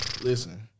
listen